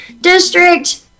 district